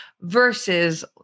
versus